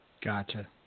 Gotcha